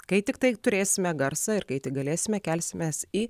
kai tiktai turėsime garsą ir kai tik galėsime kelsimės į